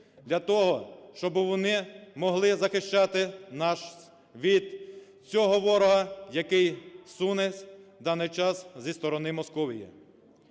для того, щоб вони могли захищати нас від цього ворога, який суне в даний час зі сторони Московії.